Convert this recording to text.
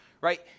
right